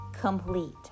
complete